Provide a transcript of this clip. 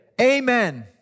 amen